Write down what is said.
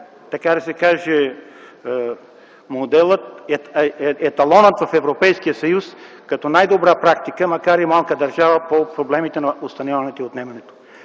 така да се каже моделът, еталонът в Европейския съюз като най-добра практика, макар и малка държава, по проблемите на установяването и отнемането.